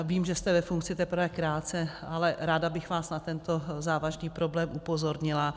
Vím, že jste ve funkci teprve krátce, ale ráda bych vás na tento závažný problém upozornila.